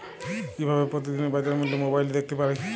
কিভাবে প্রতিদিনের বাজার মূল্য মোবাইলে দেখতে পারি?